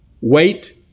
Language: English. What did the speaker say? Wait